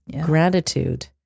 gratitude